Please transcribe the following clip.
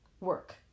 work